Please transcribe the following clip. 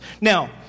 Now